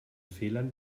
fehlern